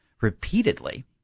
repeatedly